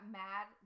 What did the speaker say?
mad